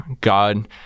God